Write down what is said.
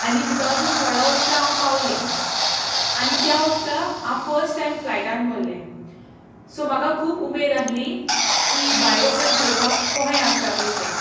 आनी two thousand सोळा वर्सा हांव पावलें आनी त्या वर्सा हांव फस्ट टायम फ्लायटान बसले सो म्हाका खूब उमेद आसली की भायर वचून पळोवपाक कशें आसता पळय तें